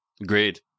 Agreed